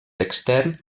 extern